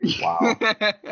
Wow